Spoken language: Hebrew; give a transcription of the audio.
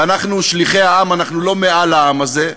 ואנחנו שליחי העם, אנחנו לא מעל העם הזה.